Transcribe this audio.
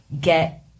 get